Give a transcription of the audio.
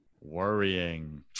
Worrying